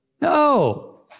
No